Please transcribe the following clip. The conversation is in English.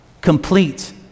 complete